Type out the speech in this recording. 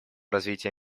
развития